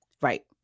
Right